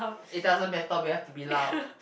it doesn't matter we have to be loud